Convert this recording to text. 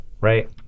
Right